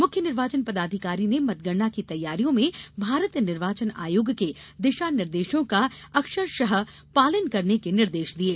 मुख्य निर्वाचन पदाधिकारी ने मतगणना की तैयारियों में भारत निर्वाचन आयोग के दिशा निर्देशों का अक्षरशः पालन करने के निर्देश दिये